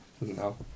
no